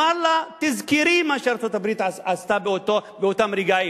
הוא אמר לה: תזכרי מה שעשתה ארצות-הברית באותם רגעים,